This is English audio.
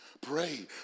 Pray